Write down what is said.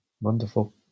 wonderful